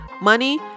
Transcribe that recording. Money